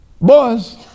Boys